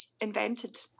invented